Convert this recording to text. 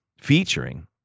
featuring